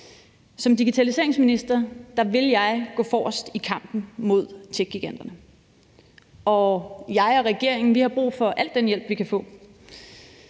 Som digitaliseringsminister vil jeg gå forrest i kampen mod techgiganterne, og jeg og regeringen har brug for al den hjælp, vi kan få.